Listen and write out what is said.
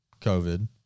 COVID